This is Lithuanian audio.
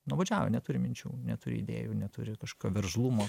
nuobodžiauja neturi minčių neturi idėjų neturi kažkokio veržlumo